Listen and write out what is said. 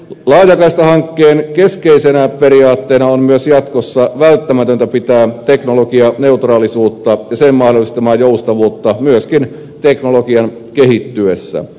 laajakaistahankkeen keskeisenä periaatteena on myös jatkossa välttämätöntä pitää teknologianeutraalisuutta ja sen mahdollistamaa joustavuutta myöskin teknologian kehittyessä